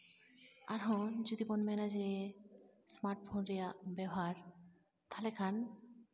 ᱟᱨᱦᱚᱸ ᱡᱩᱫᱤ ᱵᱚᱱ ᱢᱮᱱᱟ ᱡᱮ ᱥᱢᱟᱨᱴ ᱯᱷᱳᱱ ᱨᱮᱭᱟᱜ ᱵᱮᱣᱦᱟᱨ ᱛᱟᱦᱞᱮ ᱠᱷᱟᱱ